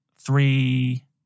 three